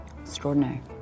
Extraordinary